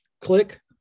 Click